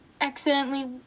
accidentally